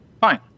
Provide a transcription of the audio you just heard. fine